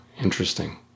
Interesting